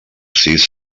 sis